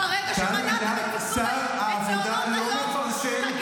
ברגע שמנעתם את סבסוד מעונות היום,